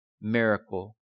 miracle